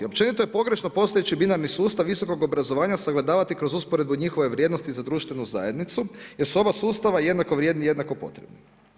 Općenito je pogrešno postojeći binarni sustav visokog obrazovanja sagledavati kroz usporedbu njihove vrijednosti za društvenu zajednicu, jer su oba sustava jednako vrijedni, jednako potrebni.